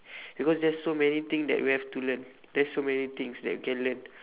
because there's so many thing that we have to learn there's so many things that we can learn